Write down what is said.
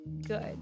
good